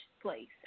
place